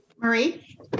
marie